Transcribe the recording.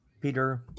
Peter